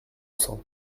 sang